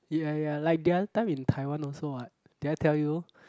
ya ya like the other time in Taiwan also what did I tell you